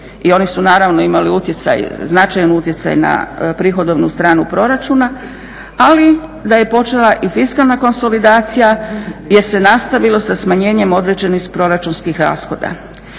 I oni su naravno imali utjecaj, značajan utjecaj na prihodovnu stranu proračuna, ali da je počela i fiskalna konsolidacija jer se nastavilo sa smanjenjem određenih proračunskih rashoda.